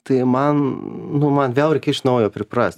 tai man nu man vėl reikia iš naujo priprast